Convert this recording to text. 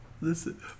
listen